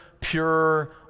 pure